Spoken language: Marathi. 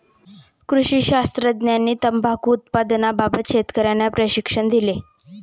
कृषी शास्त्रज्ञांनी तंबाखू उत्पादनाबाबत शेतकर्यांना प्रशिक्षण दिले